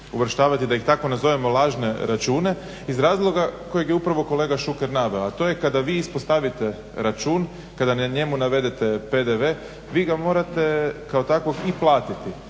uvrštavati, da ih tako nazovemo, lažne račune iz razloga kojeg je upravo kolega Šuker naveo, a to je kada vi ispostavite račun, kada na njemu navedete PDV, vi ga morate kao takvog i platiti.